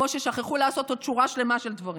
כמו ששכחו לעשות עוד שורה שלמה של דברים.